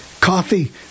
coffee